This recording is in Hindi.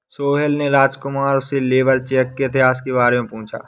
सोहेल ने राजकुमार से लेबर चेक के इतिहास के बारे में पूछा